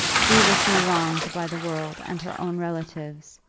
grievously wronged by the world and her own relatives,